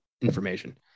information